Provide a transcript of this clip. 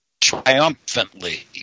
triumphantly